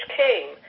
came